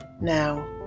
Now